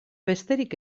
besterik